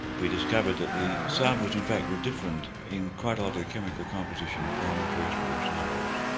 we discovered that the samples in fact were different in quite a lot of the chemical composition from terrestrial samples.